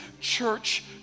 church